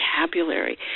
vocabulary